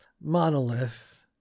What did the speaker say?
monolith